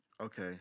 Okay